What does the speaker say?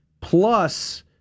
plus